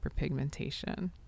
hyperpigmentation